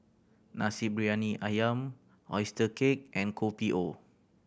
Nasi Briyani Ayam oyster cake and Kopi O